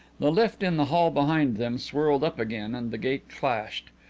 the lift in the hall behind them swirled up again and the gate clashed.